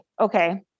okay